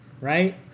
right